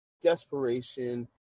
desperation